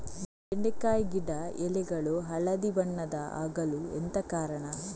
ಬೆಂಡೆಕಾಯಿ ಗಿಡ ಎಲೆಗಳು ಹಳದಿ ಬಣ್ಣದ ಆಗಲು ಎಂತ ಕಾರಣ?